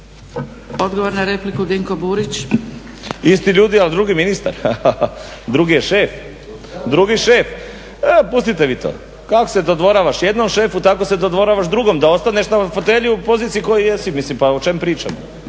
Burić. **Burić, Dinko (HDSSB)** Isti ljudi, ali drugi ministar, drugi je šef. Pustite vi to. Kako se dodvoravaš jednom šefu tako se dodvoravaš drugom da ostaneš u fotelji na poziciji kojoj jesi. Mislim pa o čemu pričamo?